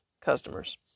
customers